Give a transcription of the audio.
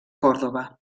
córdoba